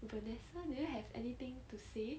vanessa do you have anything to say